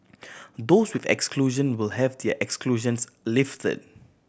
those with exclusion will have their exclusions lifted